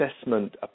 assessment